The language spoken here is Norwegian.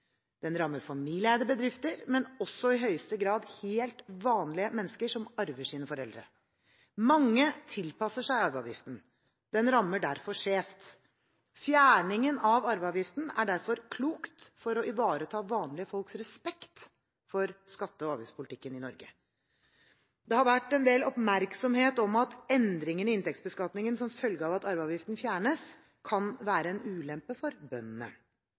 Den rammer familieeide bedrifter, men også i høyeste grad helt vanlige mennesker som arver sine foreldre. Mange tilpasser seg arveavgiften. Den rammer derfor skjevt. Fjerningen av arveavgiften er derfor klokt for å ivareta vanlige folks respekt for skatte- og avgiftspolitikken i Norge. Det har vært en del oppmerksomhet om at endringene i inntektsbeskatningen som følge av at arveavgiften fjernes, kan være en ulempe for bøndene.